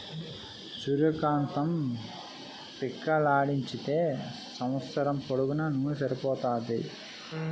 సూర్య కాంతం పిక్కలాడించితే సంవస్సరం పొడుగునూన సరిపోతాది